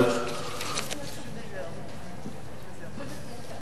זה הדבר הבסיסי והמינימלי שאנחנו דורשים בעת הזאת.